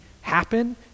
happen